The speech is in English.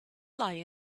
lie